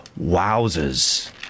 Wowzers